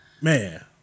Man